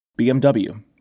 BMW